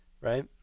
right